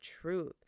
truth